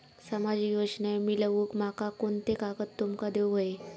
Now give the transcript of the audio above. सामाजिक योजना मिलवूक माका कोनते कागद तुमका देऊक व्हये?